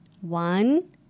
One